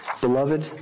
Beloved